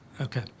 Okay